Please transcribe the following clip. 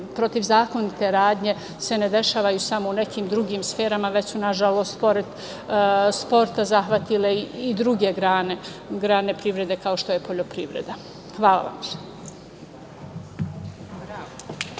protivzakonite radnje se ne dešavaju samo u nekim drugim sferama, već su nažalost pored sporta zahvatile i druge grane privrede kao što je poljoprivreda. Hvala vam.